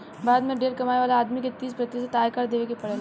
भारत में ढेरे कमाए वाला आदमी के तीस प्रतिशत आयकर देवे के पड़ेला